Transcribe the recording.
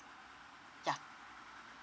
yeah